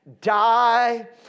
die